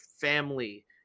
family